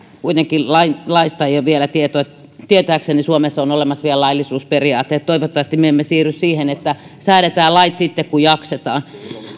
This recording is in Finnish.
kuitenkaan laista ei ole vielä tietoa tietääkseni suomessa on vielä olemassa laillisuusperiaate eli toivottavasti me emme siirry siihen että säädetään lait sitten kun jaksetaan